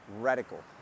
radical